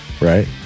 right